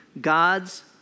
God's